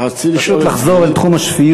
רציתי לשאול את סגנית, פשוט לחזור אל תחום השפיות.